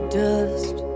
dust